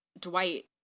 Dwight